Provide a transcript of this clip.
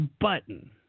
button